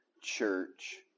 church